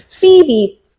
Phoebe